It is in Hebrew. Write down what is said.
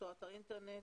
אתר האינטרנט